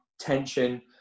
tension